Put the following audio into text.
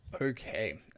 okay